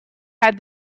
had